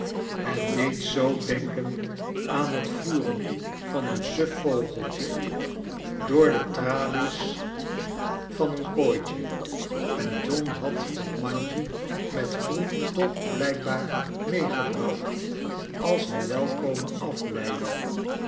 het deed zoo denken aan het voeren van een suf vogeltje door de tralies van een kooitje en john had dat mandje met groen toch blijkbaar meegebracht als een welkome af